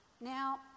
Now